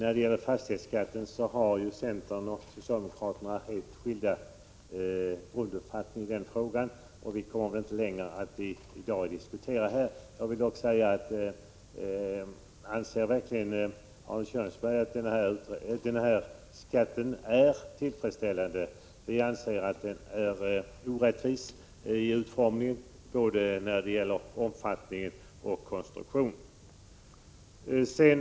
Herr talman! Centern och socialdemokraterna har helt skilda grunduppfattningar om fastighetsskatten, och vi kommer väl inte längre genom att i dag diskutera frågan. Jag vill dock fråga: Anser verkligen Arne Kjörnsberg att denna skatt är tillfredsställande? Vi anser att den är orättvis i utformningen, både vad gäller omfattningen och konstruktionen.